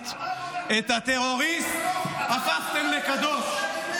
הטרוריסט ------ את הטרוריסט הפכתם לקדוש.